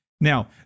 Now